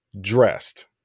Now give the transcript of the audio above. Dressed